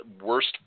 worst